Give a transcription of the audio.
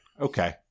Okay